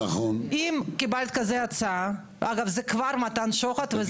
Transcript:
אם קיבלת כזו הצעה זה כבר מתן שוחד.